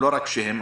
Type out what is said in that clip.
לא רק שהם,